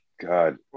God